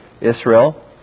Israel